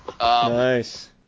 Nice